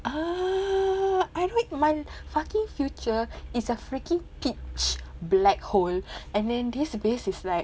err I'm like my fucking future is a freaking pitch black hole and this base is like